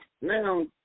Now